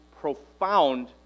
profound